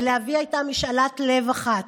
ולאבי הייתה משאלת לב אחת: